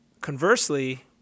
conversely